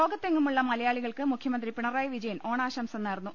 ലോകത്തെങ്ങുമുള്ള മലയാളികൾക്ക് മുഖ്യമന്ത്രി പിണറായി വിജയൻ ഓണാശംസ നേർന്നു